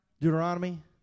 Deuteronomy